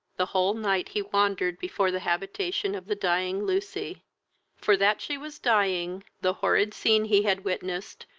the whole night he wandered before the habitation of the dying lucy for that she was dying the horrid scene he had witnessed,